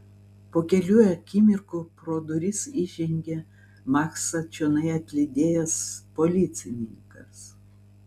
po kelių akimirkų pro duris įžengė maksą čionai atlydėjęs policininkas